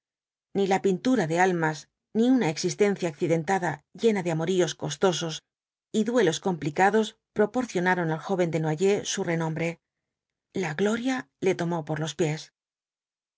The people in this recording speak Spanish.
ni la pintura de almas ni una existencia accidentada llena de amoríos costosos y duelos complicados proporcionaron al joven desnoyers su renombre la gloria le tomó por los pies